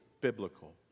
biblical